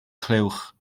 clywch